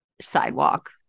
sidewalk